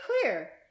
clear